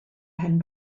pen